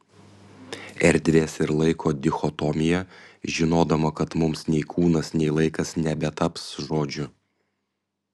erdvės ir laiko dichotomija žinodama kad mums nei kūnas nei laikas nebetaps žodžiu